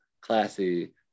classy